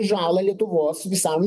žalą lietuvos visam